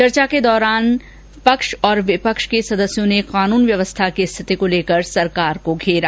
चर्चा के दौरान पक्ष और विपक्ष के सदस्यों ने कानून व्यवस्था को लेकर सरकार को घेरा